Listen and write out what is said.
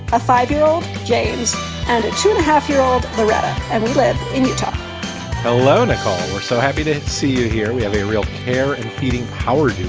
a five year old james and a two and a half year old loretta. i live in utah alone at home. we're so happy to see you here. we have a real care and feeding power.